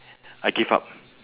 I give up